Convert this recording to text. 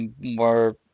more